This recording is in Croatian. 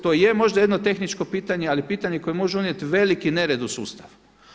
To možda je jedno tehničko pitanje, ali pitanje koje može unijeti veliki nered u sustav.